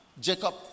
Jacob